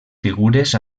figures